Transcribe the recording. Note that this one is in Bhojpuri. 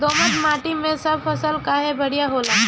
दोमट माटी मै सब फसल काहे बढ़िया होला?